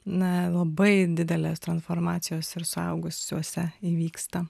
na labai didelės transformacijos ir suaugusiuose įvyksta